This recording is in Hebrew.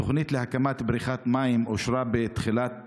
התוכנית להקמת בריכת מים אושרה בתחילת